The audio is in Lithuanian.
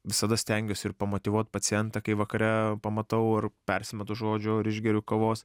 visada stengiuos ir pamotyvuot pacientą kai vakare pamatau ar persimetu žodžiu ar išgeriu kavos